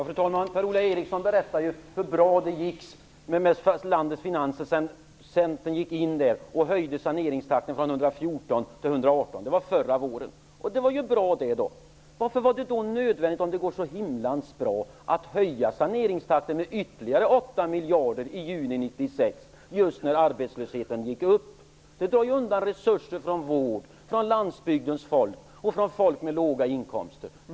Fru talman! Per-Ola Eriksson berättar hur bra det gick med statens finanser sedan centern gick in och höjde saneringsskatten från 114 % till 118 % förra våren. Det var ju bra. Varför var det då nödvändigt, när det gick så himla bra, att höja saneringsskatten med ytterligare 8 miljarder i juli 1996, just när arbetslösheten gick upp. Det drar ju undan resurser från vård, från landsbygdens folk och från folk med låga inkomster.